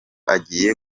agiye